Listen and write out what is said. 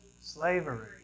slavery